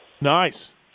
Nice